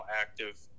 active